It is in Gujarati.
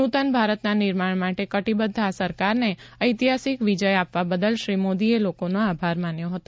નૂતન ભારતના નિર્માણ માટે કટિબદ્ધ આ સરકારન ઐતિહાસિક વિજય આપવા બદલ શ્રી મોદીએ લોકોનો આભાર માન્યો હતો